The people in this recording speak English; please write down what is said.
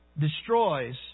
destroys